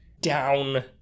down